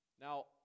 Now